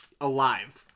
alive